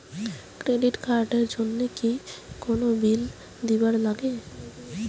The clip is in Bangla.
ক্রেডিট কার্ড এর জন্যে কি কোনো বিল দিবার লাগে?